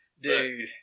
dude